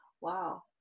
wow